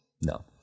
No